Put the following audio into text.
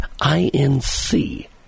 I-N-C